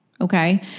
okay